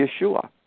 Yeshua